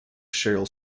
cheryl